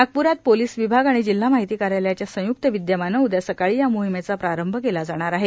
नागपुरात पोलीस विभाग आणि जिल्हा माहिती कार्यालयाच्या संयुक्त विदयमानं उदया सकाळी या मोहिमेचा प्रारंभ केला जाणार आहे